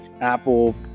Apple